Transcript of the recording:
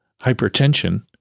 hypertension